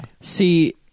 See